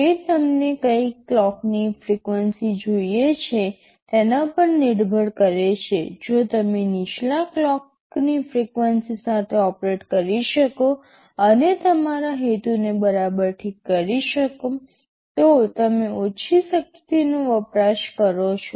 તે તમને કઈ ક્લોકની ફ્રિક્વન્સી જોઈએ છે તેના પર નિર્ભર કરે છે જો તમે નીચલા ક્લોકની ફ્રિક્વન્સી સાથે ઓપરેટ કરી શકો અને તમારા હેતુને બરાબર ઠીક કરી શકો તો તમે ઓછી શક્તિનો વપરાશ કરો છો